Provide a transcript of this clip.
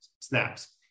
snaps